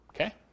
okay